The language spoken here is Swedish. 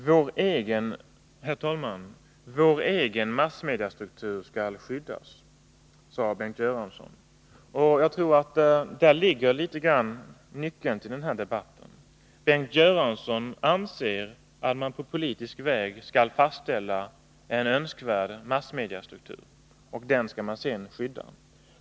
Herr talman! Vår egen massmediestruktur skall skyddas, sade Bengt Göransson. Jag tror att däri ligger något av en nyckel till den här debatten. Bengt Göransson anser att man på politisk väg skall fastställa en önskvärd massmediestruktur, och den skall man sedan skydda.